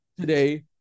Today